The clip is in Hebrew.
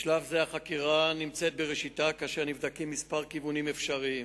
בשלב זה החקירה נמצאת בראשיתה ונבדקים כמה כיוונים אפשריים.